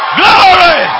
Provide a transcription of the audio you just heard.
glory